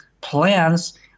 plans